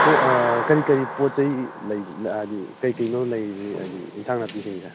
ꯄꯣꯠ ꯀꯔꯤ ꯀꯔꯤ ꯄꯣꯠ ꯆꯩ ꯂꯩꯕꯅꯣ ꯍꯥꯏꯗꯤ ꯀꯔꯤ ꯀꯔꯤꯅꯣꯕ ꯂꯩꯔꯤꯁꯦ ꯍꯥꯏꯗꯤ ꯑꯦꯟꯁꯥꯡ ꯅꯥꯄꯤꯁꯤꯡꯁꯦ